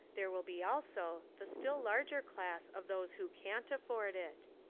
there will be also the still larger class of those who can't afford it.